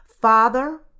Father